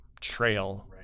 trail